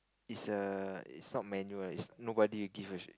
is a is not manual lah is nobody give a shit